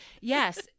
Yes